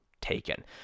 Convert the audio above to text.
taken